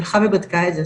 היא הלכה ובדקה את זה.